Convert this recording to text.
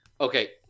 Okay